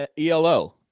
ELO